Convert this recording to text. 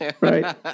right